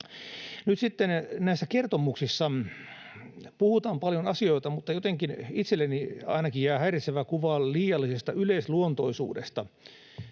Nyt sitten näissä kertomuksissa puhutaan paljon asioita, mutta jotenkin itselleni ainakin jää häiritsevä kuva liiallisesta yleisluontoisuudesta